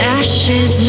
ashes